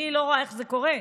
אני לא רואה איך זה קורה,